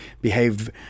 behaved